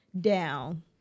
down